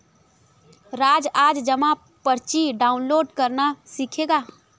राज आज जमा पर्ची डाउनलोड करना सीखेगा